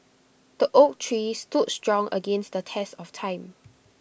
the oak tree stood strong against the test of time